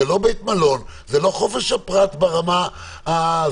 זה לא בית מלון, זה לא חופש הפרט ברמה הרגילה.